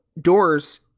doors